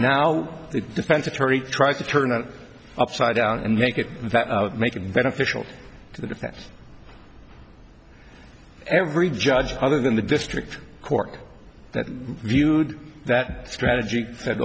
the defense attorney tries to turn it upside down and make it that making beneficial to the defense every judge other than the district court viewed that strategy said